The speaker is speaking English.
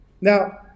Now